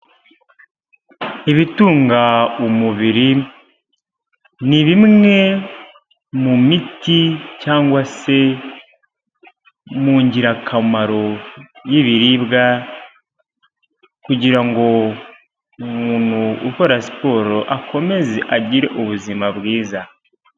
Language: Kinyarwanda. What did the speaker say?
Ibitunga umubiri ni bimwe mu miti cyangwa se mu ngirakamaro y'ibiribwa kugira ngo umuntu ukora siporo akomeze agire ubuzima bwiza.